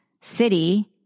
city